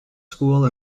school